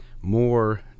more